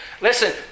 Listen